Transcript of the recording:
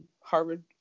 Harvard